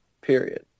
Period